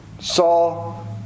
Saul